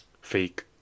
fake